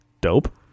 Dope